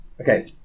Okay